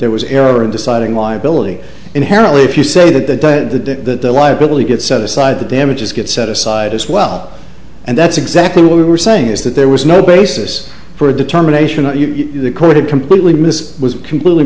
there was error in deciding liability inherently if you say that the diet that liability gets set aside the damages get set aside as well and that's exactly what we were saying is that there was no basis for a determination that you the court had completely mis was completely